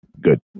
Good